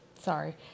sorry